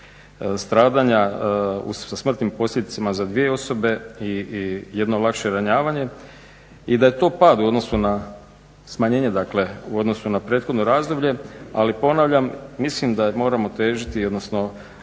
stradanja sa smrtnim posljedicama za dvije osobe i jedno lakše ranjavanje i da je to pad u odnosu na smanjenje dakle u odnosu na prethodno razdoblje ali ponavljam, mislim da moramo težiti odnosno